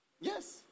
Yes